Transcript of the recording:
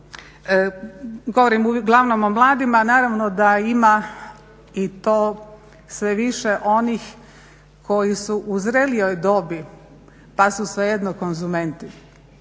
Govorim uglavnom o mladima, a naravno da ima i to sve više onih koji su u zrelijoj dobi pa su svejedno konzumenti.